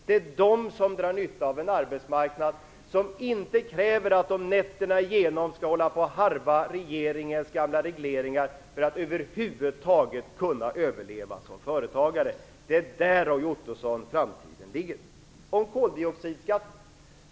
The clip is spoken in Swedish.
Det är de som drar nytta av en arbetsmarknad som inte kräver att de nätterna igenom skall hålla på och harva regeringens gamla regleringar för att över huvud taget kunna överleva som företagare. Det är där framtiden ligger, Roy Ottosson.